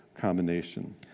combination